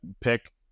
pick